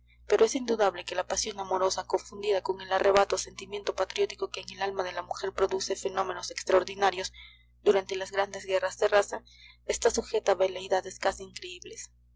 pero es indudable que la pasión amorosa confundida con el arrebatado sentimiento patriótico que en el alma de la mujer produce fenómenos extraordinarios durante las grandes guerras de raza está sujeta a veleidades casi increíbles